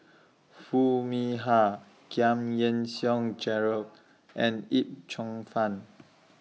Foo Mee Har Giam Yean Song Gerald and Yip Cheong Fun